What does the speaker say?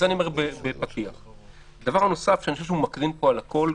דבר נוסף שמקרין פה על הכול,